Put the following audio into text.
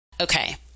Okay